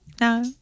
No